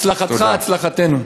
הצלחתך, הצלחתנו.